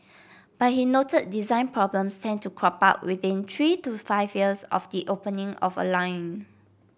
but he noted design problems tend to crop up within three to five years of the opening of a line